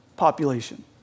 population